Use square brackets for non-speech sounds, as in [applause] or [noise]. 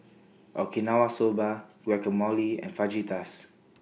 [noise] Okinawa Soba Guacamole and Fajitas